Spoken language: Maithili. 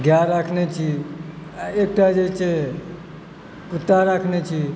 गाय राखने छी एकटा जे छै कुत्ता राखने छी